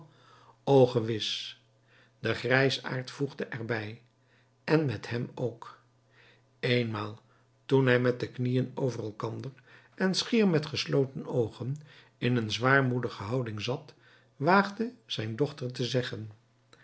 o gewis de grijsaard voegde er bij en met hem ook eenmaal toen hij met de knieën over elkander en schier met gesloten oogen in een zwaarmoedige houding zat waagde zijn dochter te zeggen